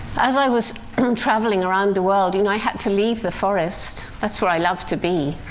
as i was traveling around the world, you know, i had to leave the forest that's where i love to be.